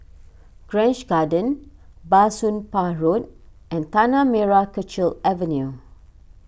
Grange Garden Bah Soon Pah Road and Tanah Merah Kechil Avenue